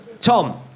Tom